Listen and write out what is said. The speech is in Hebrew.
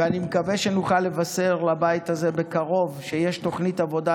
ואני מקווה שנוכל לבשר לבית הזה בקרוב שיש תוכנית עבודה